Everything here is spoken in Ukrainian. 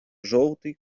жовтий